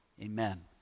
Amen